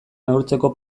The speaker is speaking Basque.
neurtzeko